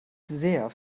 sehr